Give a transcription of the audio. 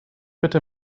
bitte